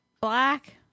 black